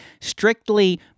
Strictly